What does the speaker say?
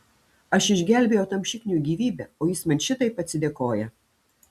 aš išgelbėjau tam šikniui gyvybę o jis man šitaip atsidėkoja